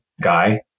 guy